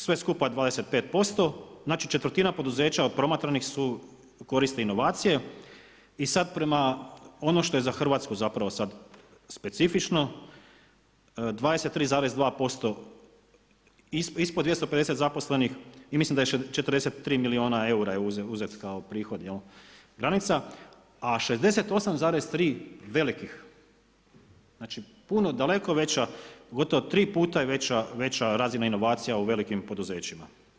Sve skupa 25%, znači četvrtina poduzeća od promatranih koriste inovacije i sada prema, ono što je za Hrvatsku sad specifično, 23,2%, ispod 250 zaposlenih i mislim da je 43 milijuna eura je uzet kao prihoda 'jel granica, a 68,3 velikih, znači puno, daleko veća, gotovo 3 puta je veća razina inovacija u velikim poduzećima.